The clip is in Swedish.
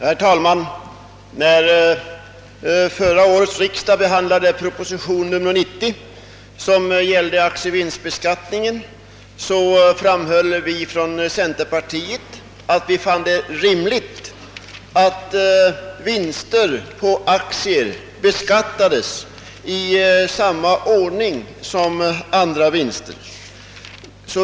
Herr talman! När förra årets riksdag behandlade propositionen nr 90, som gällde aktievinstbeskattningen, framhöll vi från centerpartiet att vi fann det rimligt att vinster på aktier beskattades i samma ordning som andra vinster.